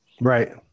Right